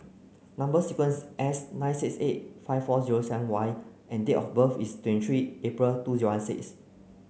number sequence S nine six eight five four zero seven Y and date of birth is twenty three April two zero one six